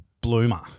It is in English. bloomer